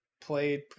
played